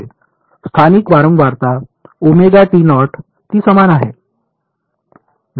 होय स्थानिक वारंवारता ओमेगा टी नॉट ती समान आहे